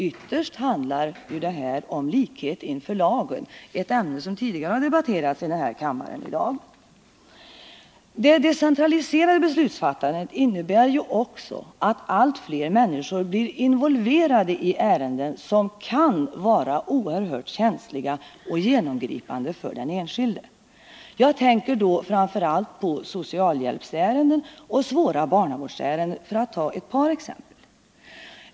Ytterst handlar det ju om likhet inför lagen, ett ämne som debatterats i kammaren tidigare i dag. Det decentraliserade beslutsfattandet innebär ju också att allt fler människor blir involverade i ärenden som kan vara oerhört känsliga och genomgripande för den enskilde. Jag tänker då framför allt på socialhjälpsärenden och svåra barnavårdsärenden, för att ta ett par exempel.